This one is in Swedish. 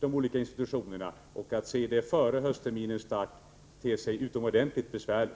de olika institutionerna, och att få det gjort före höstterminens start ter sig utomordentligt besvärligt.